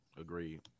Agreed